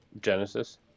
Genesis